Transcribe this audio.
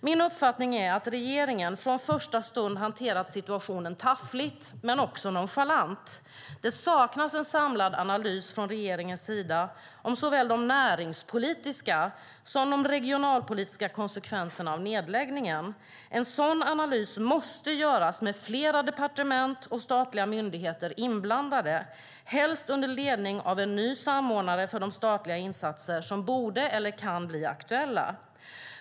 Min uppfattning är att regeringen från första stund har hanterat situationen taffligt, men också nonchalant. Det saknas en samlad analys från regeringens sida av såväl de näringspolitiska som de regionalpolitiska konsekvenserna av nedläggningen. En sådan analys måste göras med flera departement och statliga myndigheter inblandade, helst under ledning av en ny samordnare för de statliga insatser som borde eller kan bli aktuella.